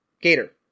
Gator